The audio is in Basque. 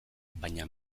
baina